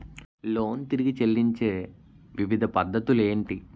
Loan తిరిగి చెల్లించే వివిధ పద్ధతులు ఏంటి?